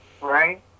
right